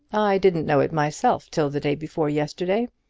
i didn't know it myself till the day before yesterday.